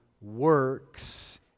works